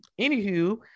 Anywho